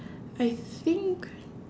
I think